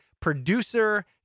producer